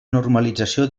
normalització